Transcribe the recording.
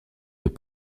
deux